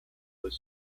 was